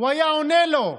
הוא היה עונה לו,